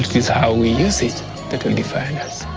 is how we use it that will define us.